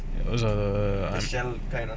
err the shell kind அந்தமாதிரி:antha mathiri shellfish